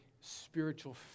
spiritual